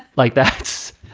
like that's.